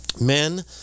Men